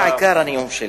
זה עיקר הנאום שלי.